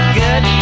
good